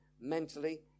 mentally